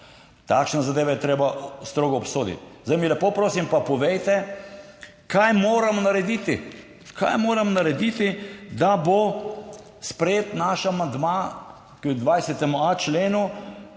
Takšne zadeve je treba strogo obsoditi. Zdaj mi, lepo prosim, pa povejte, kaj moram narediti, da bo sprejet naš amandma k 20.a členu,